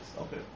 Okay